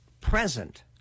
present